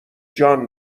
جان